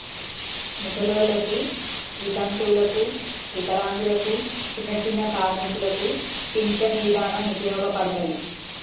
ముసలోల్లకి, వితంతువులకు, వికలాంగులకు, చిన్నచిన్న కార్మికులకు పించను ఇదానం ఉపయోగపడతది